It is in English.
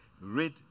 Read